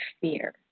fear